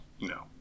no